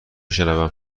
شنوم